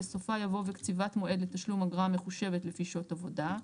בסופה יבוא "וקציבת מועד לתשלום אגרה המחושבת לפי שעות עבודה".